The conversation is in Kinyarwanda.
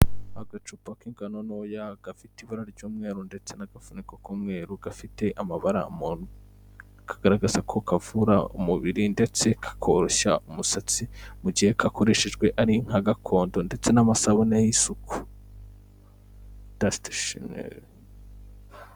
Agacupa k'ingano ntoya gafite ibara ry'umweru ndetse n'agafuniko k'umweru gafite amabara muntu, kagaragaza ko kavura umubiri ndetse kakoroshya umusatsi mu gihe kakoreshejwe ari nka Gakondo ndetse n'amasabune y'isuku, Dasitishine.